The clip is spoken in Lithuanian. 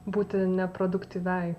būti neproduktyviai